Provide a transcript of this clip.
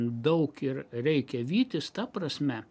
daug ir reikia vytis ta prasme